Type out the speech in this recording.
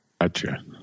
gotcha